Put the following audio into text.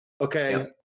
Okay